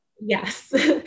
Yes